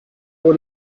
were